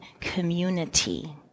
community